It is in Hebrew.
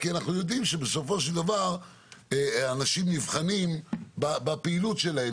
כי אנחנו יודעים שבסופו של דבר אנשים נבחנים בפעילות שלהם.